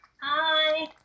Hi